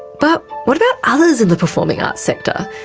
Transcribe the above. but what about others in the performing arts sector?